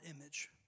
image